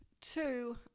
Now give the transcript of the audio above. two